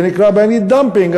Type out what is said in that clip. זה נקרא באנגלית dumping.